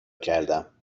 کردم